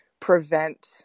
prevent